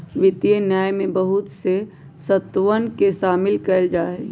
वित्तीय न्याय में बहुत से शर्तवन के शामिल कइल जाहई